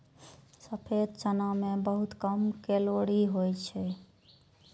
सफेद चना मे बहुत कम कैलोरी होइ छै